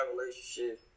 relationship